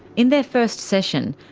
in their first session,